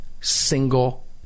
single